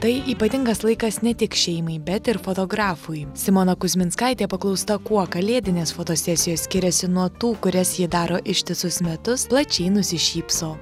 tai ypatingas laikas ne tik šeimai bet ir fotografui simona kuzminskaitė paklausta kuo kalėdinės fotosesijos skiriasi nuo tų kurias ji daro ištisus metus plačiai nusišypso